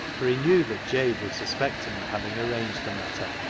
for he knew that jabe would suspect him of having arranged the matter.